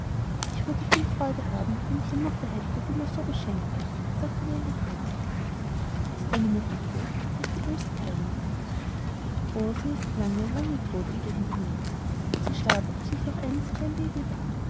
ich würde viel freude haben wenn ich ein mutter hätte die mir so beschenkte sagte nellie traurig ist deine mutter tot fragte ilse teilnehmend o sie ist lange lange tot entgegnete nellie sie starb als ich noch eines klein baby war